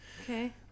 Okay